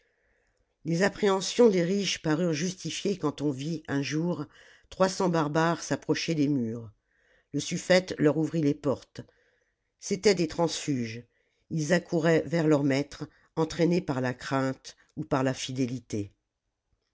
les appréhensions des riches parurent justifiées quand on vit un jour trois cents barbares s'approcher des murs le suffete leur ouvrit les portes c'étaient des transfuges ils accouraient vers leur maître entraînés par la crainte ou par la fidélité